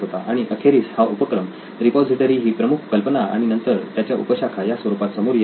आणि अखेरीस हा उपक्रम रिपॉझिटरी ही प्रमुख कल्पना आणि नंतर त्याच्या उपशाखा या स्वरूपात समोर येत गेला